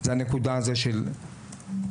זו הנקודה של הלולים,